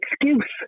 excuse